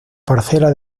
parcela